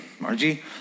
Margie